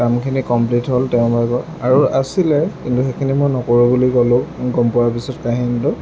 কামখিনি কমপ্লিট হ'ল তেওঁৰ ভাগৰ আৰু আছিলে কিন্তু সেইখিনি মই নকৰোঁ বুলি ক'লোঁ গম পোৱাৰ পিছত কাহিনীটো